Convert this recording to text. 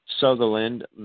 Sutherland